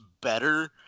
better